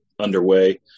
underway